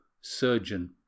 surgeon